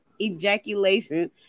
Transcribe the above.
ejaculation